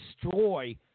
destroy